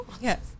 yes